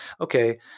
okay